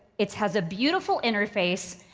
it has a beautiful interface.